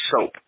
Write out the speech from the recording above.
soap